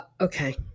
okay